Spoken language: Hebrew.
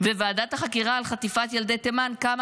וועדת החקירה על חטיפת ילדי תימן קמה